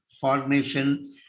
formation